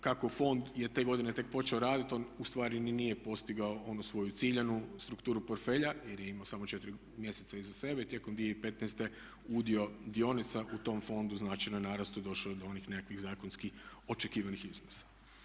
Kako fond je te godine tek počeo raditi on ustvari ni nije postigao onu svoju ciljanu strukturu portfelja jer je imao samo 4 mjeseca iza sebe i tijekom 2015.udio dionica u tom fondu znači na narastu došlo je do onih nekakvih zakonski očekivanih iznosa.